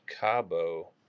Cabo